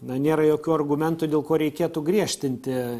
na nėra jokių argumentų dėl ko reikėtų griežtinti